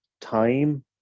time